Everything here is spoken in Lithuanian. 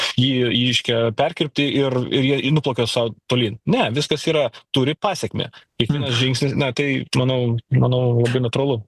jį jyškia perkirpti ir ir jie i nuplaukia sau tolyn ne viskas yra turi pasekmę kiekvienas žingsnis na tai manau manau labai natūralu